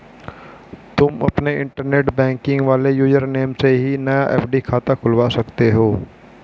तुम अपने internet banking वाले यूज़र नेम से ही नया एफ.डी खाता खुलवा सकते हो